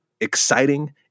exciting